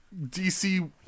DC